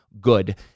good